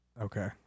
Okay